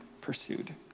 pursued